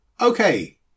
Okay